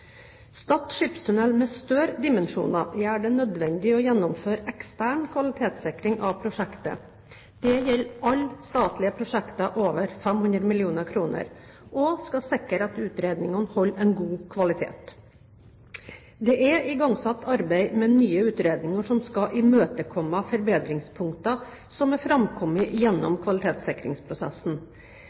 skipstunnel med større dimensjoner gjør det nødvendig å gjennomføre ekstern kvalitetssikring av prosjektet. Dette gjelder alle statlige prosjekter over 500 mill. kr, og skal sikre at utredningen holder en god kvalitet. Det er igangsatt arbeid med nye utredninger som skal imøtekomme forbedringspunkter som er framkommet gjennom kvalitetssikringsprosessen.